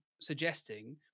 suggesting